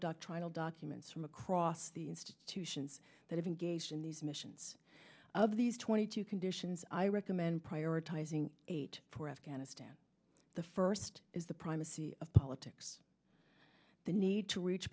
doctrinal documents from across the institutions that have engaged in these missions of these twenty two conditions i recommend prioritizing eight for afghanistan the first is the primacy of politics the need to reach